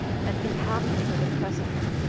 and be happy for the present,